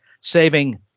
saving